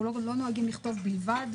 אנחנו לא נוהגים לכתוב "בלבד".